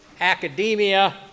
academia